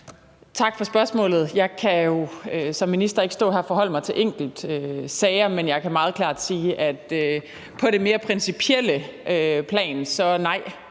Tak for spørgsmålet. Jeg kan jo som minister ikke stå her og forholde mig til enkeltsager, men jeg kan meget klart på det mere principielle plan sige,